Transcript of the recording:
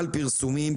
על פרסומים,